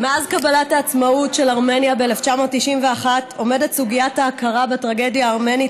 מאז קבלת העצמאות של ארמניה ב-1991 עומדת סוגיית ההכרה בטרגדיה הארמנית